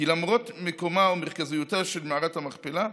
כי למרות מקומה ומרכזיותה של מערכת המכפלה,